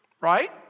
Right